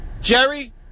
Jerry